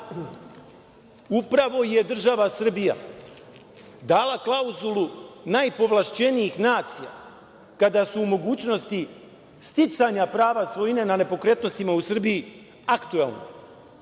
pravo je država Srbija dala klauzulu najpovlašćenijih nacija kada su u mogućnosti sticanja prava svojine nad nepokretnostima u Srbiji aktuelna.